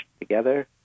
together